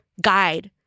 guide